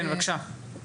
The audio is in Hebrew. כן בבקשה.